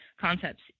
concepts